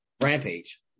Rampage